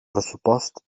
pressupost